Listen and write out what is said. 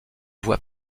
voie